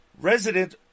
Resident